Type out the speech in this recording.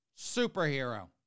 Superhero